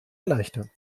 erleichtern